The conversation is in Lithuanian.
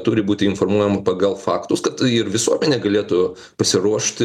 turi būti informuojama pagal faktus kad ir visuomenė galėtų pasiruošti